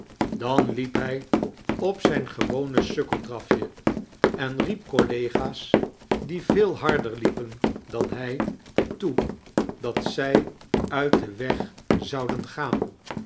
dan liep hij op zijn gewone sukkeldrafje eu riep collega's die veel harder liepen dan hij toe dat zij uit den weg zouden gaan